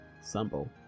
symbol